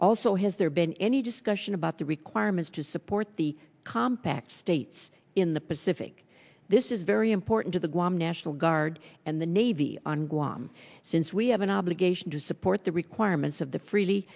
also has there been any discussion about the requirements to support the compacts states in the pacific this is very important to the guam national guard and the navy on guam since we have an obligation to support the requirements of the free